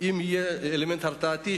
אם יהיה אלמנט הרתעתי,